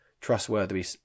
trustworthy